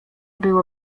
było